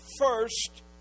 first